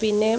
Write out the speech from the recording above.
പിന്നെ